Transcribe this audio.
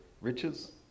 riches